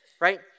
right